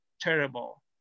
terrible